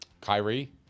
Kyrie